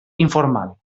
informal